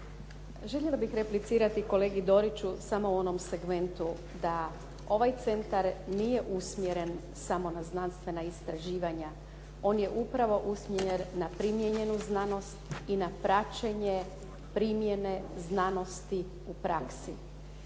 Željela bih replicirati kolegi Doriću samo u onom segmentu da ovaj centar nije usmjeren samo na znanstvena istraživanja. On je upravo usmjeren na primjenjenu znanost i na praćenje primjene znanosti u praksi.